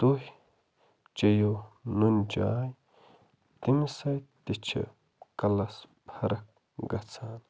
تُہۍ چیٚیِو نُنہٕ چاے تَمہِ سۭتۍ تہِ چھِ کَلس فرق گَژھان